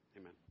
amen